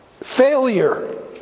Failure